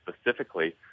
specifically